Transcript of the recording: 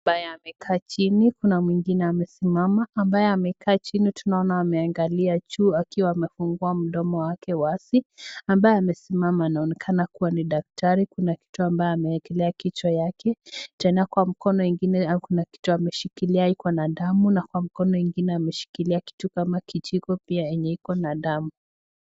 Kuna mtu ambaye amekaa chini, kuna mwingine amesimama, ambaye amekaa tunaona ameangalia juu akiwa amefungua mdomo wake wazi. Ambaye amesimama anaonekana kuwa ni daktari, kuna kitu ambayo ameekelea kichwa yake, tena kwa mkono ingine kuna kitu ameshikilia iko na damu na kwa mkono ingine ameshikilia kitu kama kijiko pia yenye iko na damu.